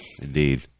indeed